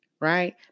right